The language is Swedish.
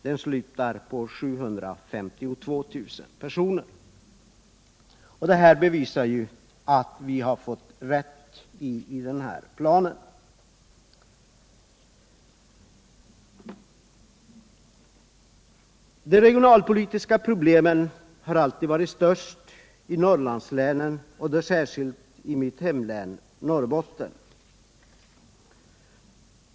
Den slutar på 752 000 personer. Det bevisar att vi fått rätt beträffande den planen. De regionalpolitiska problemen har alltid varit större i Norrlandslänen och då särskilt i mitt hemlän Norrbotten.